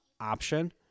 option